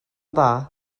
dda